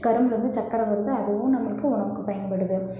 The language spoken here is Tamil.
கரும்புலேருந்து சர்க்கரை வருது அதுவும் நம்மளுக்கு உணவுக்கு பயன்படுது